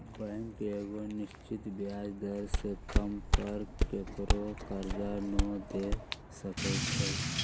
bank एगो निश्चित ब्याज दर से कम पर केकरो करजा न दे सकै छइ